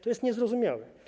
To jest niezrozumiałe.